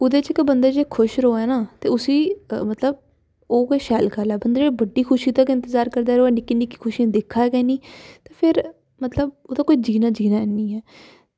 एह्दे च गै बंदा खुश रवै ना ते उस्सी मतलब ओह् शैल गल्ल ऐ ते मतलब बड्डी जेही खुशी दा इंतजार करदा ऐ निक्की खुशी दिक्खदा गै नेईं ते फिर मतलब कोई जीना जीना निं ऐ